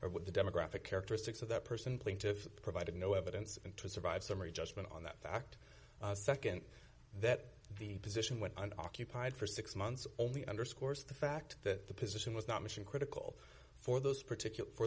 or what the demographic characteristics of that person plaintive provided no evidence and to survive summary judgment on that fact nd that the position went on occupied for six months only underscores the fact that the position was not mission critical for those particular for